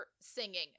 singing